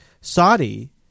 Saudi